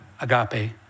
agape